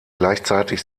gleichzeitig